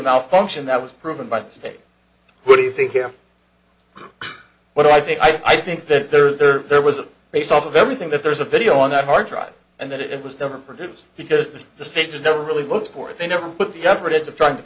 malfunction that was proven by the state would you think you know what i think i think that there was a base off of everything that there's a video on that hard drive and that it was never produced because the state has never really looked for it they never put the effort into trying to